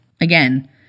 again